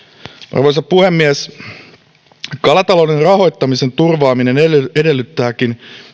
arvoisa puhemies kalatalouden rahoittamisen turvaaminen edellyttääkin